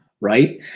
right